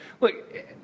look